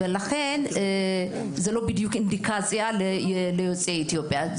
ולכן זה לא בדיוק אינדיקציה ליוצאי אתיופיה.